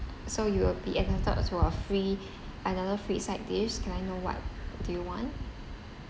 so you will be entitled to a free another free side dish can I know what do you want